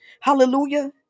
hallelujah